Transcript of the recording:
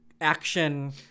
action